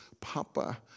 Papa